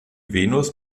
venus